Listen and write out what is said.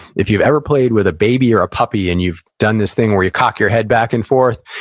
if you've ever played with a baby or a puppy, and you've done this thing, where you cock your head back and forth,